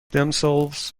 themselves